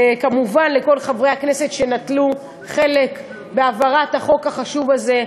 וכמובן לכל חברי הכנסת שנטלו חלק בהעברת החוק החשוב הזה.